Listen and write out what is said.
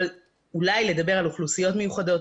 אבל אולי גם לדבר על אוכלוסיות מיוחדות.